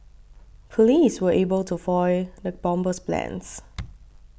police were able to foil the bomber's plans